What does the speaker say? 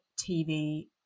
TV